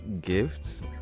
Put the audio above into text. gifts